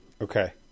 okay